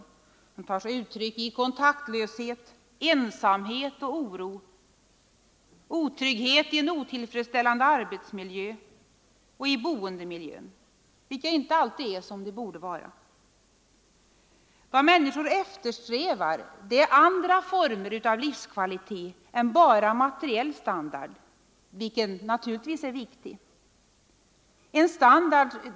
Denna otillfredsställelse tar sig uttryck i kontaktlöshet, ensamhet och oro, otrygghet i en otillfredsställande arbetsmiljö och i boendemiljön, vilka inte alltid är som de borde vara. Vad människor eftersträvar är andra former av livskvalitet än bara materiell standard, vilken naturligtvis också är viktig.